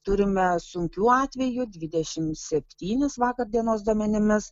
turime sunkių atvejų dvidešim septynis vakar dienos duomenimis